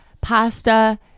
pasta